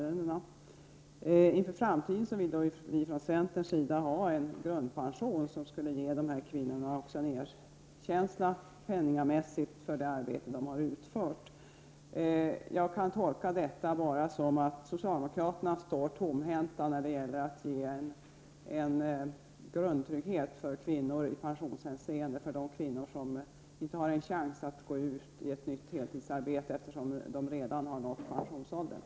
Inför framtiden vill vi från centerns sida ha en grundpension, som skulle ge också de här kvinnorna en erkänsla penningamässigt för det arbete de har utfört. Jag kan bara göra den tolkningen att socialdemokraterna står tomhänta när det gäller att i pensionshänseende ge en grundtrygghet till de kvinnor som inte har en chans att gå ut i ett nytt heltidsarbete, eftersom de redan har nått pensionsåldern.